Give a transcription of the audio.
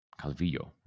Calvillo